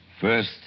First